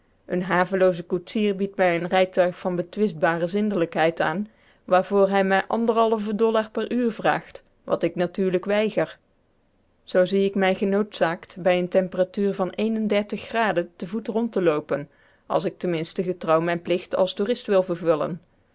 een havelooze koetsier biedt mij een rijtuig van betwistbare zindelijkheid aan waarvoor hij mij anderhalven dollar per uur vraagt wat ik natuurlijk weiger zoo zie ik mij genoodzaakt bij een temperatuur van te voet rond te loopen als ik ten minste getrouw mijnen plicht als toerist wil vervullen